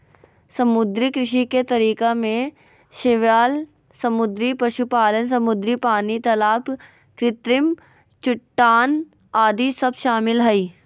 समुद्री कृषि के तरीका में शैवाल समुद्री पशुपालन, समुद्री पानी, तलाब कृत्रिम चट्टान आदि सब शामिल हइ